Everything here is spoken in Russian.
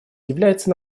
является